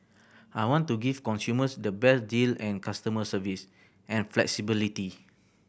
I want to give consumers the best deal and customer service and flexibility